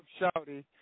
Shouty